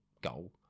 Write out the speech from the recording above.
goal